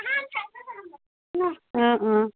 অঁ অঁ